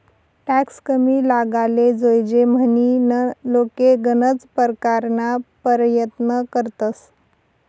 tax कमी लागाले जोयजे म्हनीन लोके गनज परकारना परयत्न करतंस